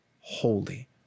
holy